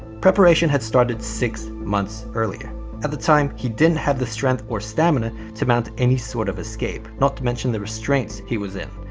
preparation had started six months earlier. at the time he didn't have the strength or stamina to mount any sort of escape, not to mention the restraints he was in.